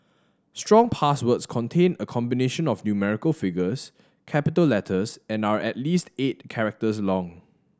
strong passwords contain a combination of numerical figures capital letters and are at least eight characters long